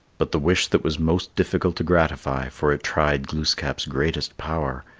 but the wish that was most difficult to gratify, for it tried glooskap's greatest power,